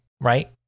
right